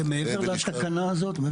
זה מעבר לתקנה הזאת?